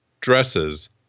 dresses